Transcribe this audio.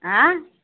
आँय